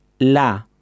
la